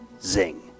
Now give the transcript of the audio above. zing